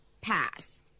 pass